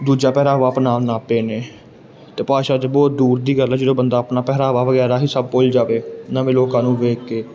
ਦੂਜਾ ਪਹਿਰਾਵਾ ਅਪਨਾਉਣ ਲੱਗ ਪਏ ਨੇ ਅਤੇ ਭਾਸ਼ਾ 'ਚ ਬਹੁਤ ਦੂਰ ਦੀ ਗੱਲ ਹੈ ਜਦੋਂ ਬੰਦਾ ਆਪਣਾ ਪਹਿਰਾਵਾ ਵਗੈਰਾ ਹੀ ਸਭ ਭੁੱਲ ਜਾਵੇ ਨਵੇਂ ਲੋਕਾਂ ਨੂੰ ਵੇਖ ਕੇ